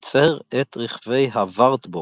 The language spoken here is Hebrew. ייצר את רכבי הווארטבורג,